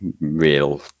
Real